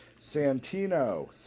Santino